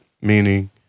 meaning